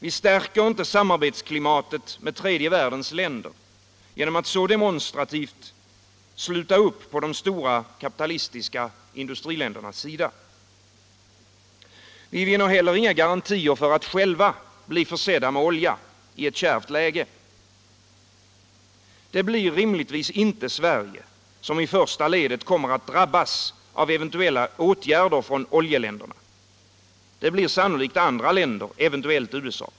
Vi stärker inte samarbetsklimatet med tredje världens länder genom att så demonstrativt sluta upp på de stora kapitalistiska industriländernas sida. Vi vinner heller inga garantier för att själva bli försedda med olja i ett kärvt läge. Det blir rimligtvis inte Sverige, som i första ledet kommer att drabbas av eventuella åtgärder från oljeländerna. Det blir sannolikt andra länder, eventuellt USA.